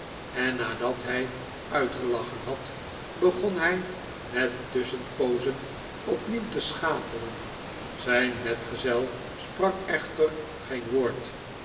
en nadat hij uitgelachen had begon hij met tusschenpoozen opnieuw te schateren zijn metgezel sprak echter geen woord